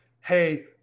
Hey